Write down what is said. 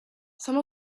some